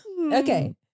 Okay